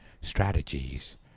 strategies